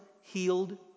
healed